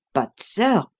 but, sir,